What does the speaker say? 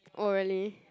oh really